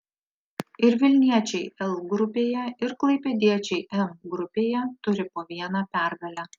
ir vilniečiai l grupėje ir klaipėdiečiai m grupėje turi po vieną pergalę